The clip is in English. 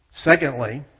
Secondly